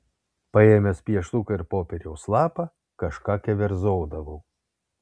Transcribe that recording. paėmęs pieštuką ir popieriaus lapą kažką keverzodavau